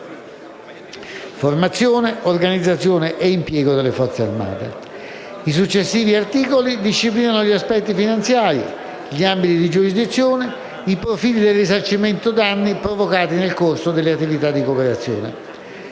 formazione, organizzazione e impiego delle Forze armate. I successivi articoli disciplinano gli aspetti finanziari, gli ambiti di giurisdizione, i profili del risarcimento danni provocati nel corso delle attività di cooperazione.